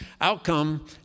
Outcome